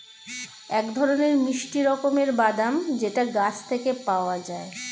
এক ধরনের মিষ্টি রকমের বাদাম যেটা গাছ থেকে পাওয়া যায়